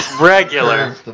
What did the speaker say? regular